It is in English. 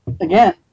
again